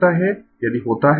तो यह हो सकता है यदि होता है